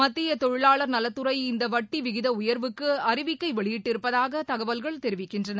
மத்திய தொழிலாளர் நவத்துறை இந்த வட்டி விகித உயர்வுக்கு அறிவிக்கை வெளியிட்டிருப்பதாக தகவல்கள் தெரிவிக்கின்றன